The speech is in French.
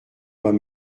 doit